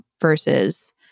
versus